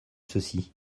ceci